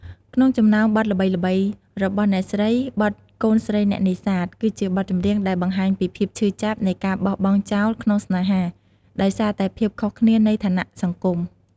ក្នុងចំណោមបទល្បីៗរបស់អ្នកស្រី បទ កូនស្រីអ្នកនេសាទ គឺជាបទចម្រៀងដែលបង្ហាញពីភាពឈឺចាប់នៃការបោះបង់ចោលក្នុងស្នេហា ដោយសារតែភាពខុសគ្នានៃឋានៈសង្គម។